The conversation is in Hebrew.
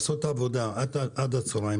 לעשות את העבודה עד הצהריים,